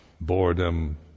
boredom